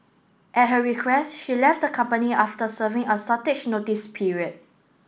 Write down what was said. at her request she left the company after serving a shortage notice period